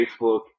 Facebook